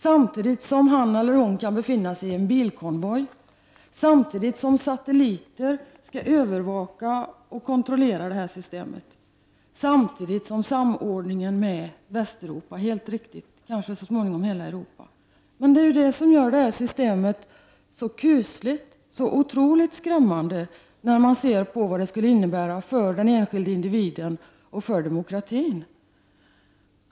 Samtidigt kan han eller hon befinna sig i en bilkonvoj. Samtidigt skall satelliter övervaka och kontrollera systemet. Samtidigt skall det ske en samordning med Västeuropa — det är helt riktigt — och kanske så småningom med hela Europa. Allt detta gör det här systemet så kusligt, så otroligt skrämmande. Vad kommer det inte att innebära för den enskilde individen och demokratin?